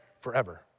forever